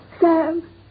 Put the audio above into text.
Sam